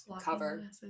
cover